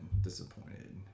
disappointed